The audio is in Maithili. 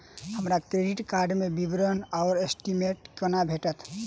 हमरा क्रेडिट कार्ड केँ विवरण वा स्टेटमेंट कोना भेटत?